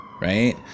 right